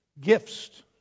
gifts